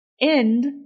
End